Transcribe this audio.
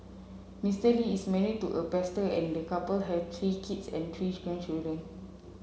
Mister Lee is marry to a pastor and the couple have three kids and three grandchildren